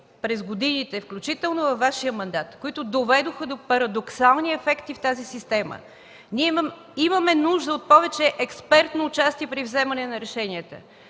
през годините, включително във Вашия мандат, които доведоха до парадоксални ефекти в тази система. Ние имаме нужда от повече експертно участие при вземането на решенията.